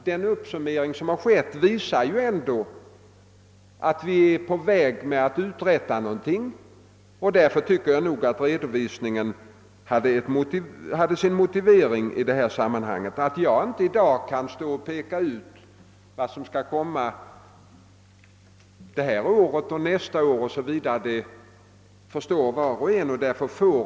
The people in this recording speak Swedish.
Den uppsummering jag gjort visar ändå att vi är på väg att uträtta något, och därför tycker jag nog att redovisningen i detta sammanhang var motiverad. Att jag inte i dag kan peka ut vad som skall hända detta år, nästa år o. s. v. förstår var och en.